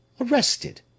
Arrested